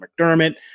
McDermott